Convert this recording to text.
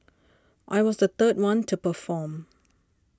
I was the third one to perform